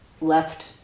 left